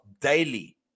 daily